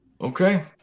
Okay